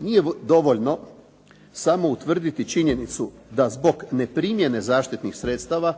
Nije dovoljno samo utvrditi činjenicu da zbog neprimjene zaštitnih sredstava